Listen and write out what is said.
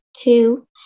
two